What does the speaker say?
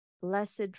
Blessed